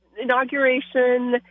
inauguration